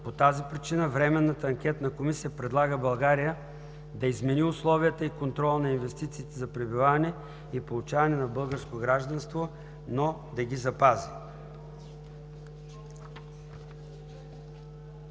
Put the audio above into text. По тази причина Временната анкетна комисия предлага България да измени условията и контрола на инвестициите за пребиваване и получаване на българско гражданство, но да ги запази.“